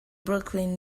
brooklyn